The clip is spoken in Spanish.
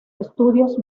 estudios